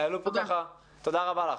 תודה רבה לך.